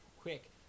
Quick